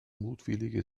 mutwillige